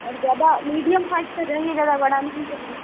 और ज़्यादा medium size तक रहे ज़्यादा बड़ा नहीं चाहिए